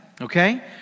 Okay